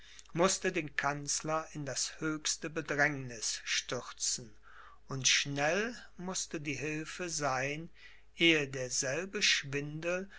mußte den kanzler in das höchste bedrängniß stürzen und schnell mußte die hilfe sein ehe derselbe schwindel